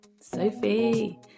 Sophie